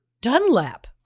Dunlap